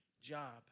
job